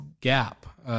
gap